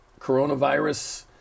coronavirus